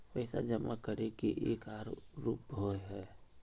पैसा जमा करे के एक आर रूप होय है?